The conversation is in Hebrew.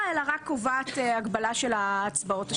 אלא רק קובעת הגבלה של ההצבעות השמיות.